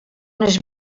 unes